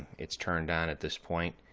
it's turned on at this point.